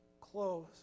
close